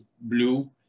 blue